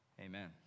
Amen